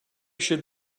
should